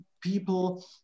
people